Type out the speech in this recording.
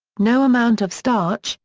no amount of starch,